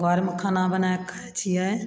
घरमे खाना बनायके खाय छियै